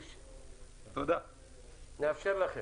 נאפשר לכם.